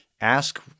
ask